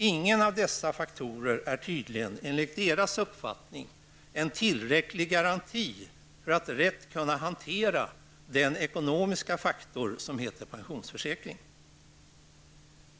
Ingen av dessa faktorer är tydligen enligt reservanternas uppfattning en tillräcklig garanti för en riktig hantering beträffande den ekonomiska faktor som heter pensionsförsäkring.